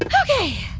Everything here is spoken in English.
but ok.